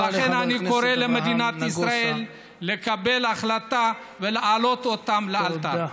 ולכן אני קורא למדינת ישראל לקבל החלטה ולהעלות אותם לאלתר.